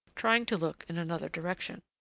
trying to look in another direction.